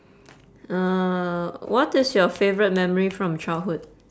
uh what is your favourite memory from childhood